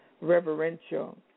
reverential